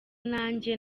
nanjye